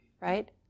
right